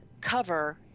cover